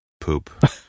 poop